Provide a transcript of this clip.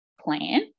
plan